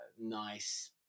nice